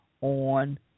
on